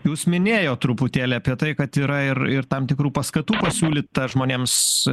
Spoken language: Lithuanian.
jūs minėjot truputėlį apie tai kad yra ir ir tam tikrų paskatų pasiūlyta žmonėms